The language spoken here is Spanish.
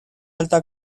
alta